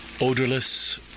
odorless